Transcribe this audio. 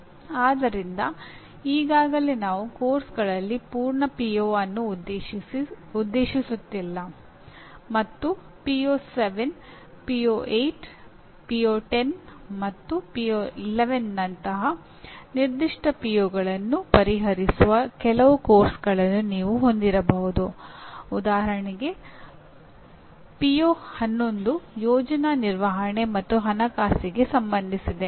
ಆದ್ದರಿಂದ ಈಗಾಗಲೇ ನಾವು ಪಠ್ಯಕ್ರಮಗಳಲ್ಲಿ ಪೂರ್ಣ ಪಿಒ 1 ಯೋಜನಾ ನಿರ್ವಹಣೆ ಮತ್ತು ಹಣಕಾಸಿಗೆ ಸಂಬಂಧಿಸಿದೆ